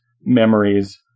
memories